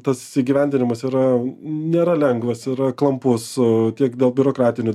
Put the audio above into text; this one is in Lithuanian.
tas įgyvendinimas yra nėra lengvas yra klampus su tiek daug biurokratinių